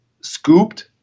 scooped